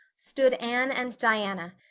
stood anne and diana,